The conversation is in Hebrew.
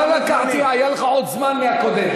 לא לקחתי, היה לך עוד זמן מהקודם.